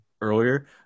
earlier